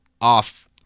off